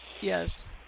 Yes